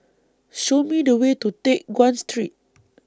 Show Me The Way to Teck Guan Street